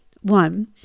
One